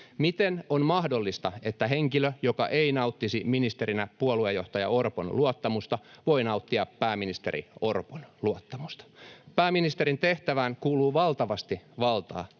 Miten on mahdollista, että henkilö, joka ei nauttisi ministerinä puoluejohtaja Orpon luottamusta, voi nauttia pääministeri Orpon luottamusta? Pääministerin tehtävään kuuluu valtavasti valtaa mutta